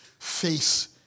face